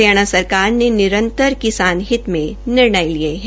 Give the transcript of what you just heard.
हरियाणा सरकार ने निरंतर किसान हित में निर्णय लिए हैं